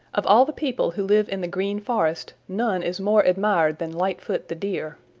of all the people who live in the green forest none is more admired than lightfoot the deer.